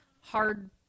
hard